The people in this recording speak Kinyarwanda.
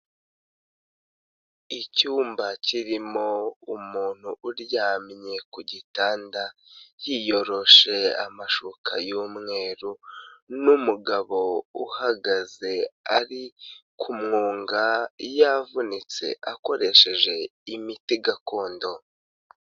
Icyumba kirimo umuntu uryamye ku gitanda yiyoroshe amashuka y'umweru n'umugabo uhagaze ari kumwunga yavunitse akoresheje imiti gakondo.